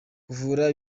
kuvura